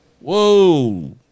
whoa